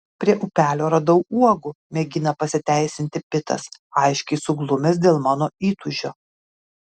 prie upelio radau uogų mėgina pasiteisinti pitas aiškiai suglumęs dėl mano įtūžio